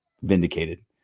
vindicated